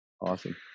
Awesome